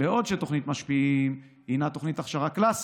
בעוד תוכנית "משפיעים" היא תוכנית הכשרה קלאסית,